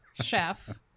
chef